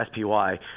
SPY